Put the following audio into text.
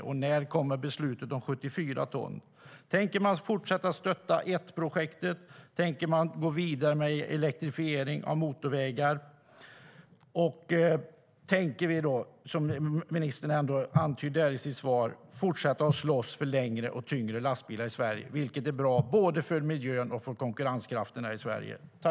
Och när kommer beslutet om 74 ton?